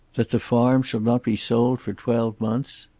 that the farm shall not be sold for twelve months.